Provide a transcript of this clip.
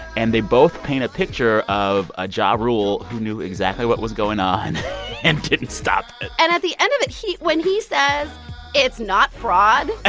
and they both paint a picture of a ja rule who knew exactly what was going on and didn't stop it and at the end of it, he when he says it's not fraud, ah